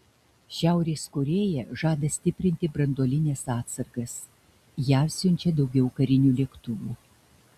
šiaurės korėja žada stiprinti branduolines atsargas jav siunčia daugiau karinių lėktuvų